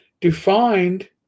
defined